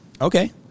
Okay